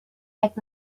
act